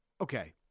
okay